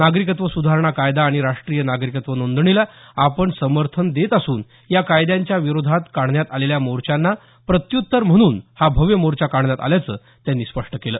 नागरिक्तव सुधारणा कायदा आणि राष्ट्रीय नागरिकत्व नोंदणीला आपण समर्थन देत असून या कायद्यांच्या विरोधात काढण्यात आलेल्या मोर्चांना प्रत्यूत्तर म्हणून हा भव्य मोर्चा काढण्यात आल्याचं त्यांनी स्पष्ट केलं